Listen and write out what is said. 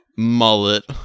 mullet